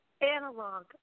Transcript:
analog